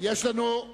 לוח תיקונים.